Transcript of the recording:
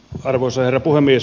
arvoisa herra puhemies